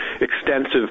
extensive